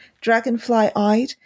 Dragonfly-eyed